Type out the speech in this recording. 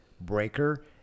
Breaker